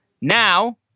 Now